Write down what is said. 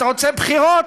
אתה רוצה בחירות?